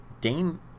Dame